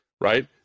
right